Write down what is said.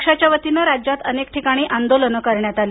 पक्षाच्या वतीनं राज्यात अनेक ठिकाणी आंदोलनं करण्यात आली